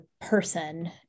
person